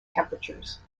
temperatures